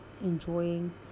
enjoying